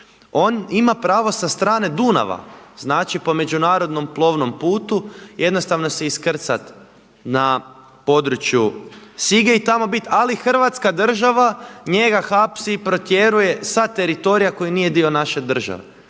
On ima pravo sa strane Dunava, znači po međunarodnom plovnom putu jednostavno se iskrcat na području Sige i tamo bit, ali hrvatska država njega hapsi, protjeruje sa teritorija koji nije dio naše države.